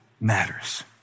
matters